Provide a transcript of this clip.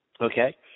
okay